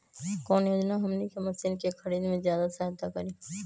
कौन योजना हमनी के मशीन के खरीद में ज्यादा सहायता करी?